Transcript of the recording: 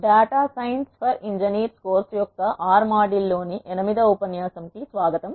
data science for engineers course యొక్క R R module లో ని 8 వ ఉపన్యాసం కు స్వాగతం